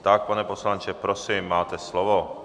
Tak, pane poslanče, prosím, máte slovo.